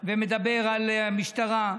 ומדבר על המשטרה.